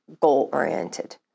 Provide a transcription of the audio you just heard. goal-oriented